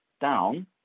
down